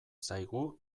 zaigu